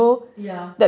ya